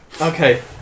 Okay